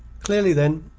clearly, then,